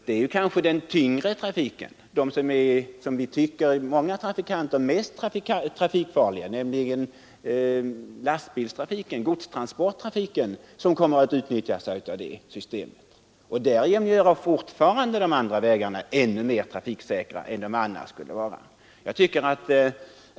Det är kanske den tyngre trafiken — som många tycker är den mest trafikfarliga, lastbilstrafik, godstransporttrafik — som kommer att utnyttja det systemet och därmed göra de andra vägarna ännu mera trafiksäkra än de annars skulle vara.